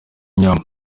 inyama